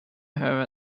her